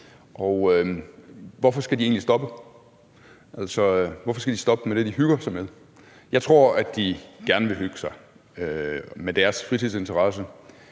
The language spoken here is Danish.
Hvorfor skal de stoppe med det, de hygger sig med? Jeg tror, at de gerne vil hygge sig med deres fritidsinteresse,